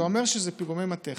זה אומר שזה פיגומי מתכת,